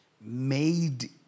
made